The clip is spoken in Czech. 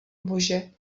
bože